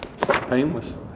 Painless